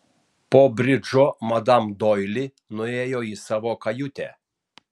po bridžo madam doili nuėjo į savo kajutę